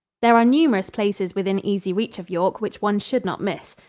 there are numerous places within easy reach of york which one should not miss.